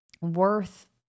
worth